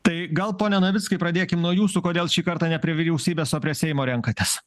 tai gal pone navickai pradėkim nuo jūsų kodėl šį kartą ne prie vyriausybės o prie seimo renkatės